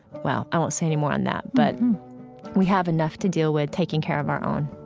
well, i won't say any more on that, but we have enough to deal with, taking care of our own